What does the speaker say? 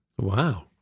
Wow